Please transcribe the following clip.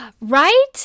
Right